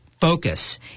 focus